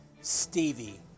Stevie